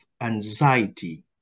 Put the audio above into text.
anxiety